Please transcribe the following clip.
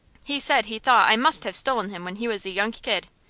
he said he thought i must have stolen him when he was a young kid.